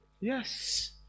Yes